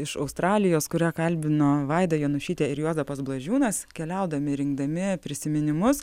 iš australijos kurią kalbino vaida janušytė ir juozapas blažiūnas keliaudami rinkdami prisiminimus